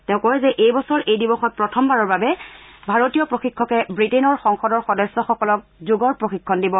তেওঁ কয় যে এই বছৰ এই দিৱসত প্ৰথমবাৰৰ বাবে ভাৰতীয় প্ৰশিক্ষকে ৱিটেইনৰ সংসদৰ সদস্যসকলক যোগৰ প্ৰশিক্ষণ দিব